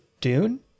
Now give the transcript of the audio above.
Dune